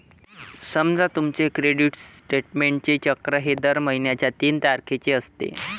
समजा तुमचे क्रेडिट स्टेटमेंटचे चक्र हे दर महिन्याच्या तीन तारखेचे असते